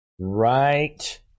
Right